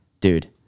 dude